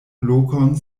lokon